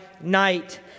night